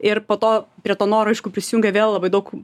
ir po to prie to noro aišku prisijungė vėl labai daug